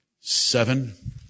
seven